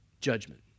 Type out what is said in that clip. judgment